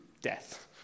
Death